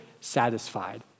satisfied